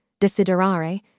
desiderare